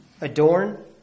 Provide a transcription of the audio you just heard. Adorn